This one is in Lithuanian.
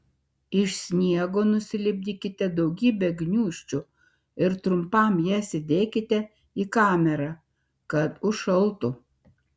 iš sniego nusilipdykite daugybę gniūžčių ir trumpam jas įdėkite į kamerą kad užšaltų